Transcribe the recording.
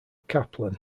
kaplan